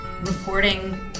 reporting